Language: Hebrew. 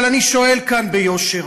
אבל אני שואל כאן ביושר: